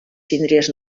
síndries